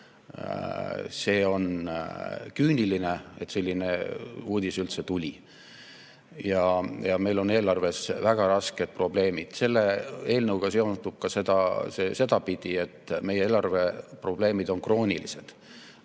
See on küüniline, et selline uudis üldse tuli. Ja meil on eelarves väga rasked probleemid. Selle eelnõuga seondub see ka sedapidi, et meie eelarveprobleemid on kroonilised.